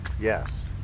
Yes